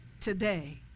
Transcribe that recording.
Today